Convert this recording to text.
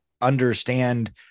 understand